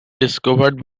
discovered